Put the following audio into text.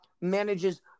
manages